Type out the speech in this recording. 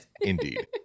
Indeed